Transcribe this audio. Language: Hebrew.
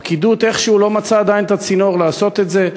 הפקידות איכשהו לא מצאה עדיין את הצינור לעשות את זה.